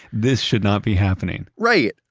this should not be happening right.